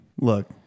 look